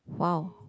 wow